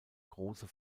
große